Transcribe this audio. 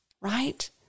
right